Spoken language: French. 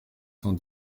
cent